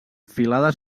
filades